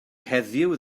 heddiw